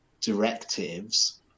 directives